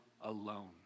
alone